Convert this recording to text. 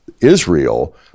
Israel